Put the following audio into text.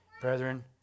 Brethren